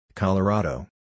Colorado